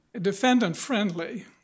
defendant-friendly